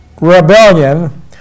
rebellion